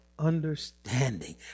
Understanding